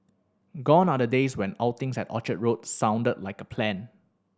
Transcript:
gone are the days when outings at Orchard Road sounded like a plan